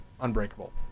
Unbreakable